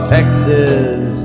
Texas